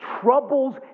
troubles